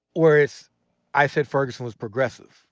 where it's i said ferguson was progressive.